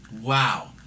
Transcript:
Wow